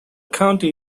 county